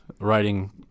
writing